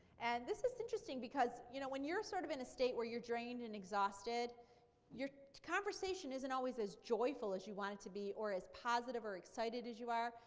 and this is interesting because you know when you're sort of in a state where you're drained and exhausted your conversation isn't always as joyful as you want it to be or as positive or as excited as you are.